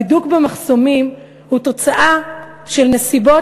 הבידוק במחסומים הוא תוצאה של נסיבות